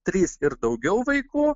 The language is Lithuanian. trys ir daugiau vaikų